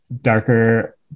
darker